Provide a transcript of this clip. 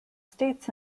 states